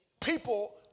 people